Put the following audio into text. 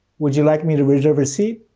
would you like me to reserve a seat?